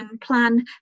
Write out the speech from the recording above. plan